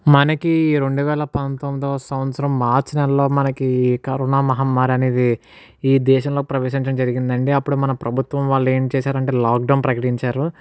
మనకి రెండు వేల పంతొమ్మిదొవ సంవత్సరం మార్చి నెలలో మనకి కరోనా మహమ్మారి అనేది ఈ దేశంలో ప్రవేశించడం జరిగింది అండి అప్పుడు మన ప్రభుత్వం వాళ్ళు ఏం చేశారు అంటే లాక్ డౌన్ ప్రకటించారు